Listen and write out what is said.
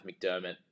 McDermott